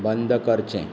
बंद करचें